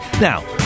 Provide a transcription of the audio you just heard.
Now